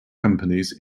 companies